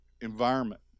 environment